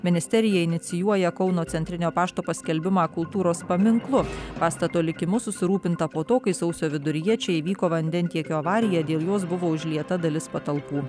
ministerija inicijuoja kauno centrinio pašto paskelbimą kultūros paminklu pastato likimu susirūpinta po to kai sausio viduryje čia įvyko vandentiekio avarija dėl jos buvo užlieta dalis patalpų